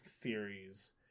theories